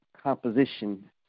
composition